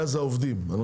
העובדים.